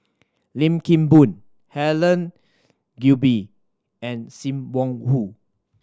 Lim Kim Boon Helen Gilbey and Sim Wong Hoo